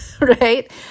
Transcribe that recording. right